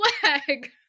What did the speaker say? flag